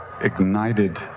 ignited